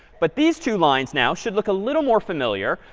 but these two lines now should look a little more familiar.